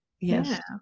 yes